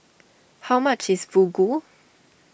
how much is Fugu